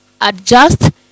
adjust